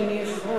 אדוני היושב-ראש,